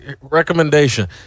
Recommendation